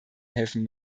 helfen